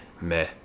meh